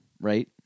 right